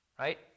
right